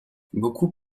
beaucoup